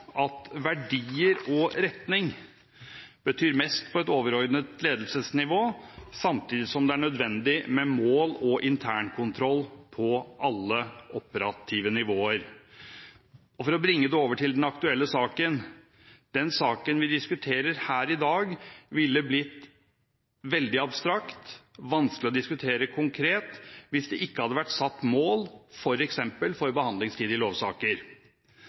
at verdier og retning betyr mest på et overordnet ledelsesnivå, samtidig som det er nødvendig med mål og internkontroll på alle operative nivåer. For å bringe dette over til den aktuelle saken: Den saken vi diskuterer her i dag, ville blitt veldig abstrakt – vanskelig å diskutere konkret – hvis det ikke hadde vært satt mål for f.eks. behandlingstid for lovsaker.